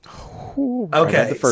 Okay